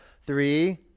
Three